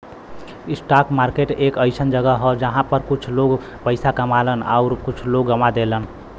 stock market एक अइसन जगह हौ जहां पर कुछ लोग पइसा कमालन आउर कुछ लोग गवा देलन